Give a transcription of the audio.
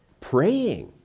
praying